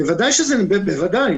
בוודאי שזה נעשה, בוודאי.